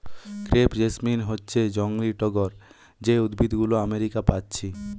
crepe jasmine হচ্ছে জংলি টগর যে উদ্ভিদ গুলো আমেরিকা পাচ্ছি